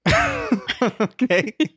Okay